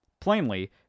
Plainly